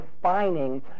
defining